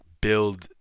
build